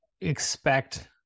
expect